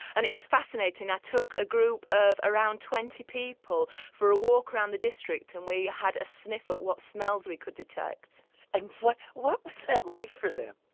and it was fascinating. i took a group of around twenty people for a walk around the district and we had a sniff at what smells we could detect and what what was that like for them?